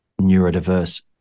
neurodiverse